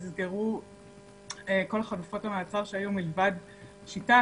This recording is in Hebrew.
נסגרו כל חלופות המעצר שהיו מלבד "שיטה",